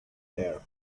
there